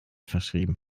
verschrieben